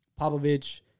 Popovich